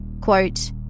Quote